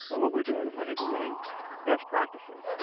but what we're doing is we're implementing best practices.